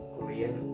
Korean